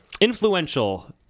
influential